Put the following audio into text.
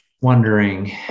wondering